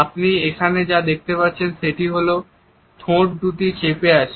আপনি এখানে যা দেখতে পাচ্ছেন সেটি হল ঠোঁট দুটি চেপে আছে